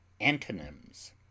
Antonyms